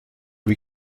wie